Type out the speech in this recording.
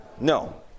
No